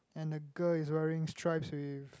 and the girl is wearing stripes with